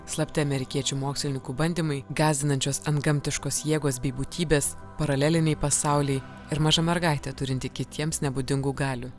slapti amerikiečių mokslininkų bandymai gąsdinančios antgamtiškos jėgos bei būtybės paraleliniai pasauliai ir maža mergaitė turinti kitiems nebūdingų galių